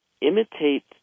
imitate